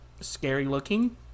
scary-looking